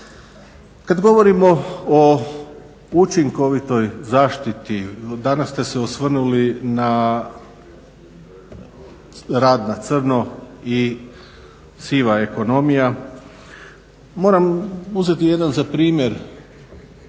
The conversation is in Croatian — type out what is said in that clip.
Kada govorimo o učinkovitoj zaštiti, danas ste se osvrnuli na rad na crno i siva ekonomija. Moram uzeti jedan za primjer,